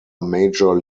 major